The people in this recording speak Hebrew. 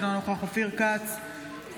אינו נוכח משה טור פז,